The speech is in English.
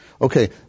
Okay